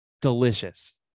delicious